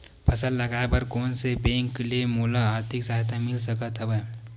फसल लगाये बर कोन से बैंक ले मोला आर्थिक सहायता मिल सकत हवय?